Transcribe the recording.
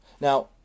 Now